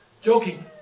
Joking